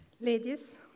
ladies